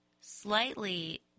slightly